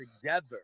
together